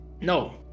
no